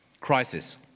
Crisis